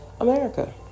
America